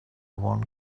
one